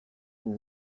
vous